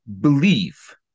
believe